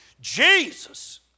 Jesus